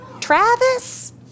Travis